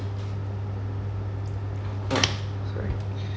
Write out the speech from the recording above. sorry